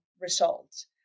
results